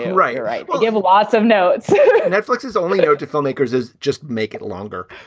and right. right. we'll give lots of notes netflix is onlyto to filmmakers is just make it longer.